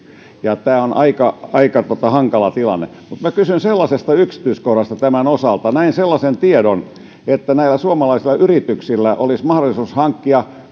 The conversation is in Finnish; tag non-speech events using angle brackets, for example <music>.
tämä on aika aika hankala tilanne mutta minä kysyn tämän osalta sellaisesta yksityiskohdasta että näin sellaisen tiedon että näillä suomalaisilla yrityksillä olisi mahdollisuus hankkia <unintelligible>